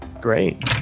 great